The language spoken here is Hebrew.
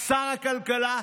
שר הכלכלה,